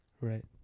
Right